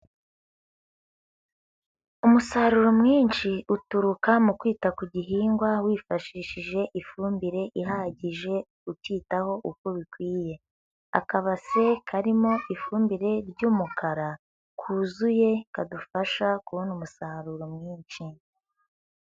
Umusaruro mwinshi uturuka mu kwita ku gihingwa wifashishije ifumbire ihagije ukitaho uko bikwiye, akabase karimo ifumbire ry'umukara kuzuye kadufasha kubona umusaruro mwinshi.